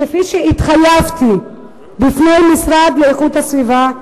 כפי שהתחייבתי בפני המשרד לאיכות הסביבה,